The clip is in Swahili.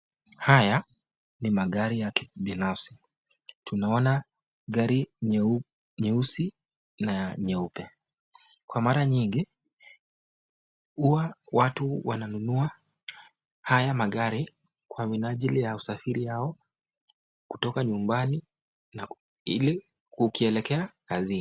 Haya ni magari ya kibinafsi tunaona gari nyeusi na nyeupe. Kwa mara mingi huwa watu wananunua haya magari kwa minajili ya usafiri wao kutoka nyumbani ukielekea kazini.